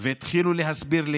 היא ההצלחה שלנו,